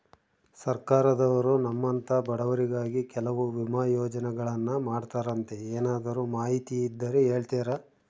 ಸರ್ಕಾರದವರು ನಮ್ಮಂಥ ಬಡವರಿಗಾಗಿ ಕೆಲವು ವಿಮಾ ಯೋಜನೆಗಳನ್ನ ಮಾಡ್ತಾರಂತೆ ಏನಾದರೂ ಮಾಹಿತಿ ಇದ್ದರೆ ಹೇಳ್ತೇರಾ?